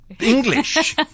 English